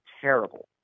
terrible